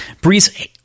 Breeze